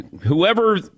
whoever